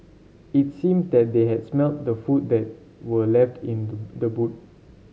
it seemed that they had smelt the food that were left in the the boot